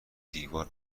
دیوار